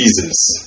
Jesus